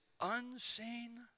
unseen